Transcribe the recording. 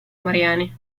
mariani